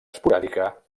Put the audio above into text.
esporàdica